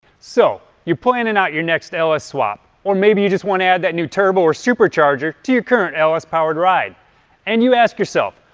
so, you're planning out your next ls swap, or maybe you just want to add that new turbo or supercharger to your current ls-powered ride and you ask yourself,